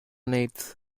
needs